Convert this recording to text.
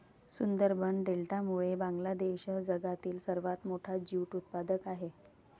सुंदरबन डेल्टामुळे बांगलादेश जगातील सर्वात मोठा ज्यूट उत्पादक आहे